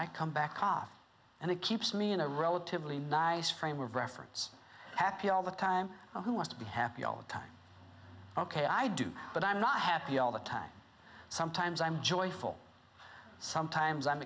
i come back off and it keeps me in a relatively nice frame of reference happy all the time who wants to be happy all the time ok i do but i'm not happy all the time sometimes i'm joyful sometimes i'm